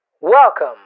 Welcome